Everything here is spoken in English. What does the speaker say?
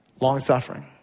Long-suffering